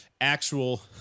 Actual